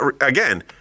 again